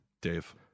Dave